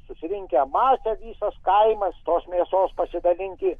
susirinkę matė visas kaimas tos mėsos pasidalinti